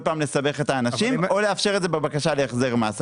פעם לסבך את האנשים או לאפשר את זה בבקשה להחזר מס.